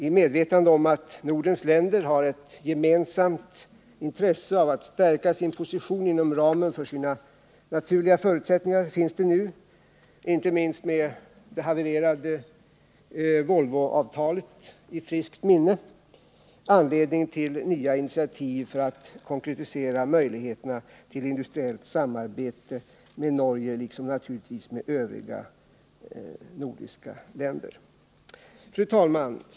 I medvetande om att Nordens länder har ett gemensamt intresse av att stärka sin position inom ramen för sina naturliga förutsättningar finns det nu - inte minst med det havererade Volvoavtalet i friskt minne — anledning till nya initiativ för att konkretisera möjligheterna till industriellt samarbete med Norge, liksom naturligtvis med övriga nordiska länder. Fru talman!